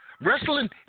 wrestling